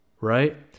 right